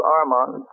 Armand